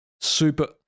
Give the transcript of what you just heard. Super